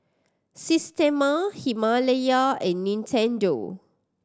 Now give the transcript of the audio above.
Systema Himalaya and Nintendo